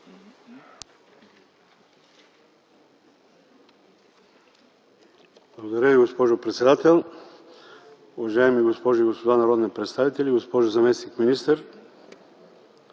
Благодаря Ви, госпожо председател. Уважаеми госпожи и господа народни представители, госпожо заместник-министър,